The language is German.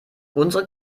unsere